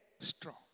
Strong